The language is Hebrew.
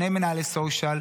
שני מנהלי סושיאל,